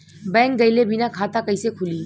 Bank गइले बिना खाता कईसे खुली?